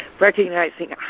Recognizing